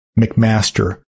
McMaster